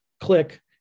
Click